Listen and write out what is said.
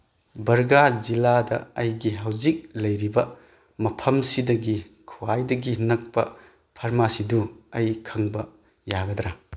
ꯕꯔꯒꯥ ꯖꯤꯂꯥꯗ ꯑꯩꯒꯤ ꯍꯧꯖꯤꯛ ꯂꯩꯔꯤꯕ ꯃꯐꯝꯁꯤꯗꯒꯤ ꯈ꯭ꯋꯥꯏꯗꯒꯤ ꯅꯛꯄ ꯐꯔꯃꯥꯁꯤꯗꯨ ꯑꯩ ꯈꯪꯕ ꯌꯥꯒꯗ꯭ꯔꯥ